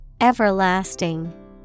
Everlasting